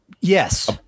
Yes